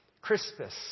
Crispus